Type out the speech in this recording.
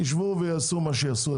יעשו מה יעשו.